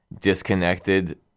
disconnected